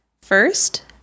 First